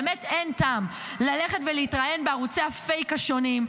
באמת אין טעם ללכת ולהתראיין בערוצי הפייק השונים,